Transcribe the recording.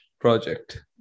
project